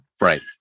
right